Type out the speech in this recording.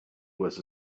was